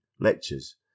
lectures